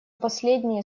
последние